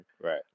Right